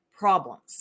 problems